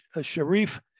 Sharif